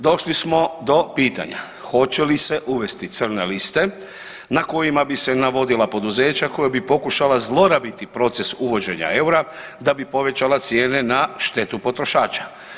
Došli smo do pitanja hoće li se uvesti crne liste na kojima bi se navodila poduzeća koja bi pokušala zlorabiti proces uvođenja eura da bi povećala cijene na štetu potrošača.